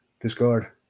Discard